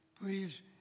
please